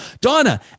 donna